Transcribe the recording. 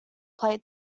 plate